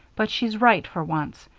but she's right for once.